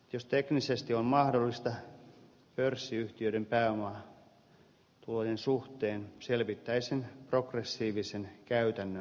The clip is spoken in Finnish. jos teknisesti on mahdollista pörssiyhtiöiden pääomatulojen suhteen selvittäisin progressiivisen käytännön mahdollisuuden